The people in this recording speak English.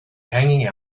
hanging